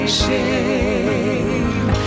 shame